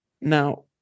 now